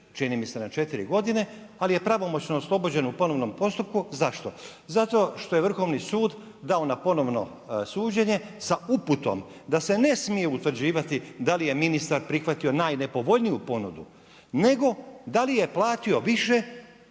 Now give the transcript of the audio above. čini mi se na 4 godine, ali je pravomoćno oslobođen u ponovnom postupku. Zašto? Zato što je Vrhovni sud dao na ponovno suđenje sa uputom da se ne smije utvrđivati da li je ministar prihvatio najnepovoljniju ponudu, nego, da li je platio više